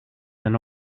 than